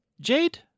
Jade